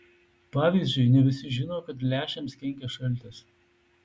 pavyzdžiui ne visi žino kad lęšiams kenkia šaltis